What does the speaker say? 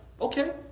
Okay